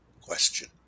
question